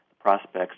prospects